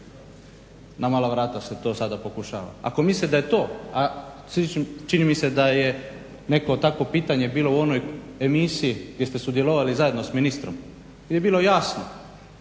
na mala vrata se to sada pokušava. Ako misle da to a čini mi se da je neko takvo pitanje bilo u onoj emisiji gdje ste sudjelovali zajedno s ministrom je bilo jasno